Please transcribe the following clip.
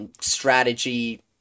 strategy